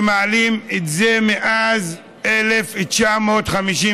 שמעלים אותה מאז 1957,